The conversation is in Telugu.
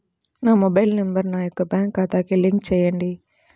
నా మొబైల్ నంబర్ నా యొక్క బ్యాంక్ ఖాతాకి లింక్ చేయండీ?